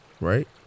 right